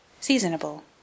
Seasonable